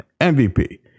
MVP